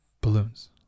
balloons